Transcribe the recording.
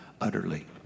utterly